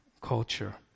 culture